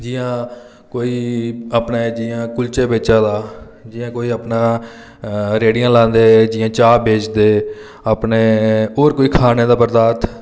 जि'यां कोई अपने जि'यां कुलचे बेचा दा जि'यां कोई अपने रेह्ड़ियां लांदे चाह् बेचदे अपने होर कोई खाने दा पदार्थ